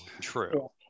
true